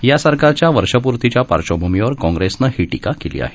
या सरकारच्या वर्षपूर्तीच्या पार्श्वभूमीवर काँग्रेसनं ही टीका केली आहे